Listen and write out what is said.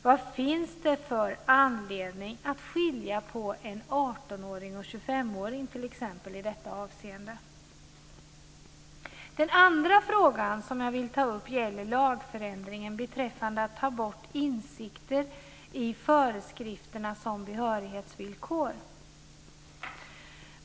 Vad finns det för anledning att skilja mellan t.ex. en 18-åring och en 25-åring i detta avseende? Den andra frågan som jag vill ta upp gäller lagförändringen beträffande att ta bort insikter i föreskrifterna som behörighetsvillkor.